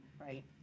Right